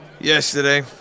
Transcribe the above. Yesterday